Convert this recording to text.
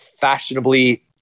fashionably